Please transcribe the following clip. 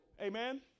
Amen